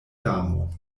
damo